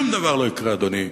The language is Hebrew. שום דבר לא יקרה, אדוני.